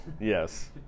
Yes